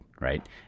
right